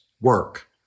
work